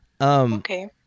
Okay